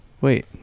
Wait